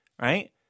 right